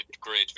great